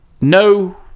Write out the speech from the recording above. no